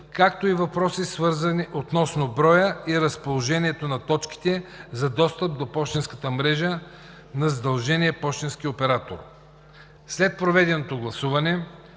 както и въпроси относно броя и разположението на точките за достъп до пощенската мрежа на задължения пощенски оператор. След проведеното гласуване